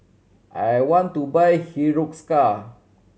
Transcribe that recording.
I want to buy Hiruscar